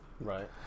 Right